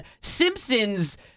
Simpsons